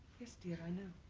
yes dear i know.